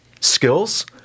skills –